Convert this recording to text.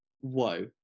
whoa